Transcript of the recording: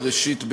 ראשית,